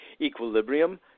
equilibrium